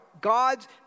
God's